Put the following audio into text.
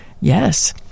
yes